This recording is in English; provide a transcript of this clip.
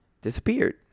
disappeared